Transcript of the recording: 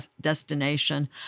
destination